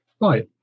right